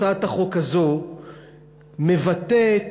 הצעת החוק הזאת מבטאת,